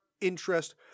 interest